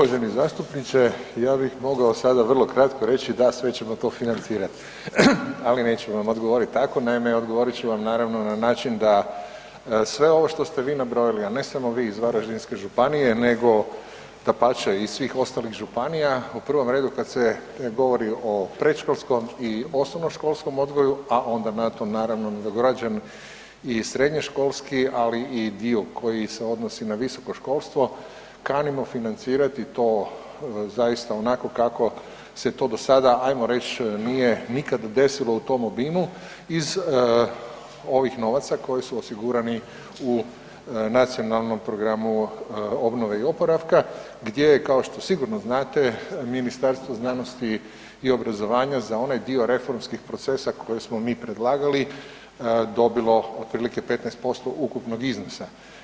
Uvaženi zastupniče, ja bih mogao sada vrlo kratko reći da sve ćemo to financirat, ali neću vam odgovoriti tako, naime odgovorit ću vam naravno na način da sve ovo što ste vi nabrojali a ne samo vi iz Varaždinske županije nego dapače i svih ostalih županija, u prvom redu kad se govori o predškolskom i osnovnoškolskom odgoju a onda na to naravno nadograđen i srednjoškolski ali i dio koji se na visoko školstvo, kanimo financirati to zaista onako kako se to do sada ajmo reć nije nikad desilo u tom obimu iz ovih novaca koji su osigurani u nacionalnom programu obnove i oporavka gdje kao što sigurno znate, Ministarstvo znanosti i obrazovanja za onaj dio reformskih procesa koji smo mi predlagali, dobilo otprilike 15% ukupnog iznosa.